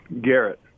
Garrett